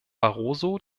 barroso